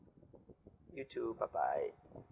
you too bye bye